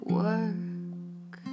work